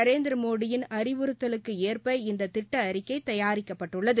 நரேந்திரமோடியின் அறிவுறுத்தலுக்கு ஏற்ப இந்த திட்ட அறிக்கை தயாரிக்கப்பட்டுள்ளது